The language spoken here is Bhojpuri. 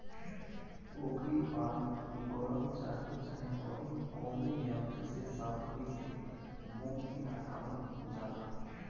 ओकरी बाद गरम चाकू चाहे अउरी कवनो यंत्र से सावधानी से मोम के हटावल जाला